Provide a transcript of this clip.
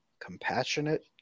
compassionate